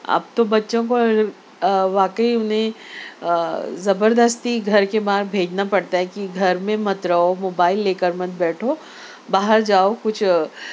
اب تو بچوں کو واقعی انہیں زبرستی گھر کے باہر بھیجنا پڑتا ہے کہ گھر میں مت رہو موبائل لے کر مت بیٹھو باہر جاؤ کچھ